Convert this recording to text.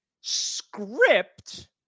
script